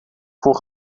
voor